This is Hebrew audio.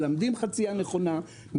מלמדים חצייה נכונה,